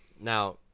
Now